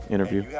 Interview